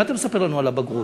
מה אתה מספר לנו על הבגרות?